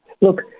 Look